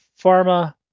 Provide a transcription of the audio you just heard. Pharma